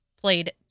played